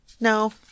No